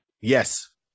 yes